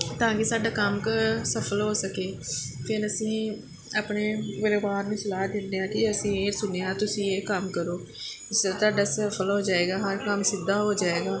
ਤਾਂ ਕਿ ਸਾਡਾ ਕੰਮ ਸਫਲ ਹੋ ਸਕੇ ਫਿਰ ਅਸੀਂ ਆਪਣੇ ਪਰਿਵਾਰ ਨੂੰ ਸਲਾਹ ਦਿੰਦੇ ਹਾਂ ਕਿ ਅਸੀਂ ਇਹ ਸੁਨੇਹਾ ਤੁਸੀਂ ਇਹ ਕੰਮ ਕਰੋ ਤੁਹਾਡਾ ਸਫਲ ਹੋ ਜਾਵੇਗਾ ਹਰ ਕੰਮ ਸਿੱਧਾ ਹੋ ਜਾਵੇਗਾ